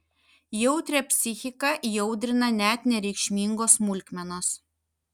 jautrią psichiką įaudrina net nereikšmingos smulkmenos